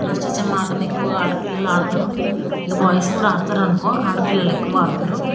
అష్టాచమ్మా ఆటని ఎక్కువగా ఆడపిల్లలు ఆడతారు ఇక బాయ్స్ కూడా ఆడుతారు అనుకో ఆడపిల్లలు ఎక్కువ ఆడతారు